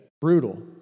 brutal